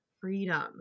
freedom